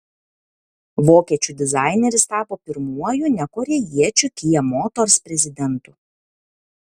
vokiečių dizaineris tapo pirmuoju ne korėjiečiu kia motors prezidentu